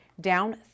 down